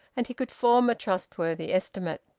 and he could form a trustworthy estimate.